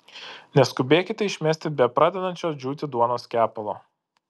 neskubėkite išmesti bepradedančio džiūti duonos kepalo